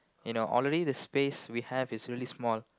you know already the space we have is really small